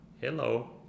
Hello